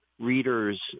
readers